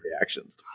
reactions